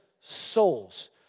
souls